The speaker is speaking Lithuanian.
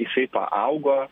jisai paaugo